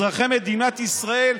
אזרחי מדינת ישראל,